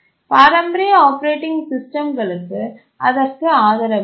பாரம்பரிய ஆப்பரேட்டிங் சிஸ்டம்களுக்கு அதற்கு ஆதரவு இல்லை